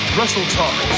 WrestleTalk